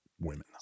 women